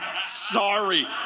Sorry